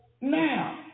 now